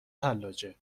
حلاجه